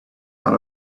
out